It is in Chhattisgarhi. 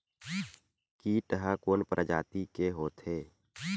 कीट ह कोन प्रजाति के होथे?